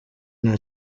nta